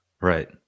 right